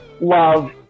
love